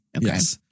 Yes